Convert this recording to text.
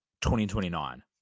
2029